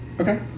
Okay